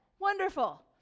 Wonderful